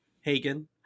Hagen